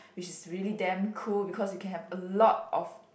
which is really damn cool because you can have a lot of